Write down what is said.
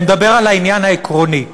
אני מדבר על העניין העקרוני.